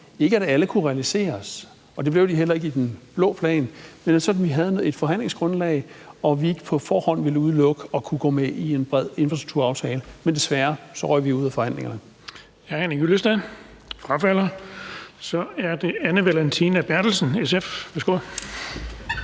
at alle kunne realiseres, og det blev de heller ikke i den blå plan, men det var sådan, at vi havde et forhandlingsgrundlag, og at vi ikke på forhånd ville udelukke at kunne gå med i en bred infrastrukturaftale. Men desværre røg vi ud af forhandlingerne. Kl. 20:30 Den fg. formand (Erling Bonnesen):